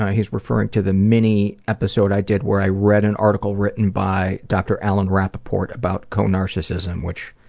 he is referring to the mini episode i did where i read an article written by dr. allen rappoport about co-narcissism which